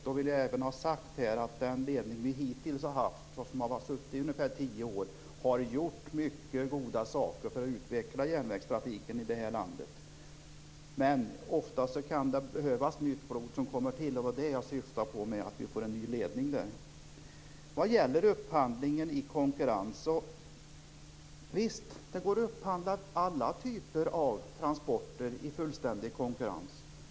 Då vill jag även säga att den ledning som SJ hittills har haft, som har suttit i ungefär tio år, har gjort mycket goda saker för att utveckla järnvägstrafiken i det här landet. Men det kan ofta behövas att nytt blod kommer in. Det var det jag syftade på när jag talade om att SJ får en ny ledning. Vad gäller upphandlingen i konkurrens går det självfallet att upphandla alla typer av transporter i fullständig konkurrens.